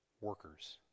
workers